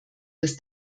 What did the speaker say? des